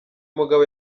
mugabo